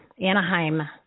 Anaheim